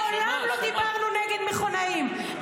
מעולם לא דיברנו נגד מכונאים,